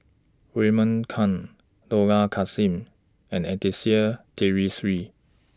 Raymond Kang Dollah Kassim and Anastasia Tjendri Liew